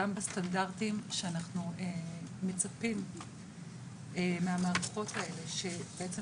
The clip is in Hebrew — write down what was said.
גם בסטנדרטים שאנחנו מצפים מהמערכות האלה שבעצם